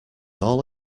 all